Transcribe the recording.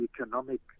economic